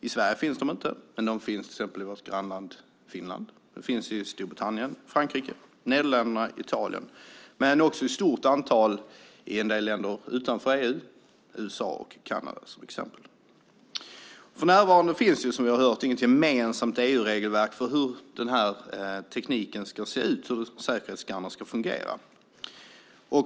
I Sverige finns de inte, men de finns i till exempel vårt grannland Finland. De finns i Storbritannien, Frankrike, Nederländerna och Italien och också i ett stort antal länder utanför EU, till exempel USA och Kanada. För närvarande finns det, som vi har hört, inget gemensamt EU-regelverk för hur den här tekniken ska se ut och hur säkerhetsskannrarna ska fungera.